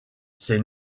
ses